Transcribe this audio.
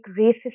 racist